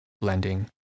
blending